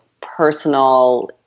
personal